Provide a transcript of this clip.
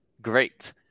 great